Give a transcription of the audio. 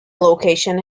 location